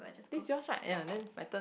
this your's one ya then pattern